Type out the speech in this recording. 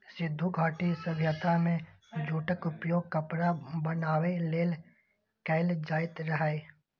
सिंधु घाटी सभ्यता मे जूटक उपयोग कपड़ा बनाबै लेल कैल जाइत रहै